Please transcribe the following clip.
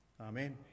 Amen